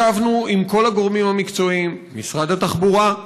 ישבנו עם כל הגורמים המקצועיים, משרד התחבורה,